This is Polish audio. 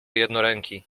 jednoręki